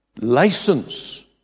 license